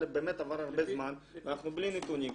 באמת עבר הרבה זמן ואנחנו בלי נתונים.